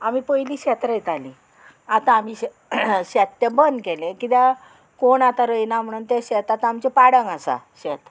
आमी पयलीं शेत रोयतालीं आतां आमी शेत तें बंद केले किद्याक कोण आतां रोयना म्हणून तें शेत आतां आमचें पाडंग आसा शेत